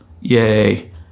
Yay